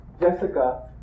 Jessica